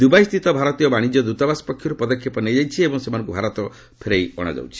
ଦୁବାଇସ୍ଥିତ ଭାରତୀୟ ବାଣିଜ୍ୟ ଦୂତାବାସ ପକ୍ଷରୁ ପଦକ୍ଷେପ ନିଆଯାଇଛି ଏବଂ ସେମାନଙ୍କୁ ଭାରତ ଫେରାଇ ଅଣାଯାଉଛି